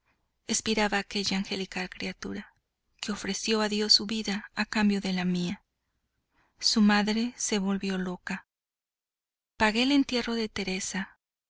días después espiraba aquella angelical criatura que ofreció a dios su vida a cambio de la mía su madre se volvió loca pagué el entierro de teresa